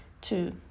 two